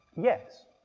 Yes